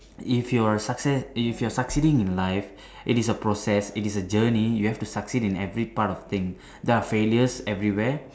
if your success if you are succeeding in life it is a process it is a journey you have to succeed in every part of thing there are failures everywhere